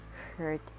hurt